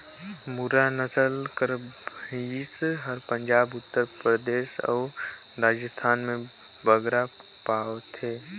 मुर्रा नसल कर भंइस हर पंजाब, उत्तर परदेस अउ राजिस्थान में बगरा पवाथे